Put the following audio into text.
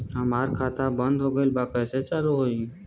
हमार खाता बंद हो गईल बा कैसे चालू होई?